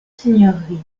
seigneuries